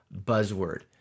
buzzword